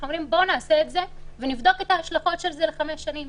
אנחנו אומרים: בואו נעשה את זה ונבדוק את ההשלכות של זה לחמש שנים.